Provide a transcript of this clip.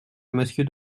monsieur